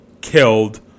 killed